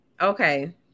Okay